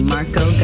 Marco